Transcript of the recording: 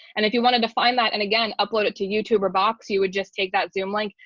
and if you wanted to find that, and again, upload it to youtube or box, you would just take that zoom link,